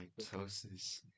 Mitosis